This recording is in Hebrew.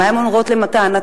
מה הן אומרות לטענתן?